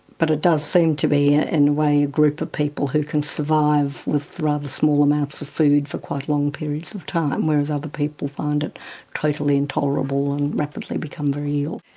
but it does seem to be in a and way a group of people who can survive with rather small amounts of food for quite long periods of time. whereas other people find it totally intolerable and rapidly become very ill.